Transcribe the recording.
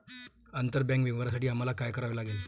आंतरबँक व्यवहारांसाठी आम्हाला काय करावे लागेल?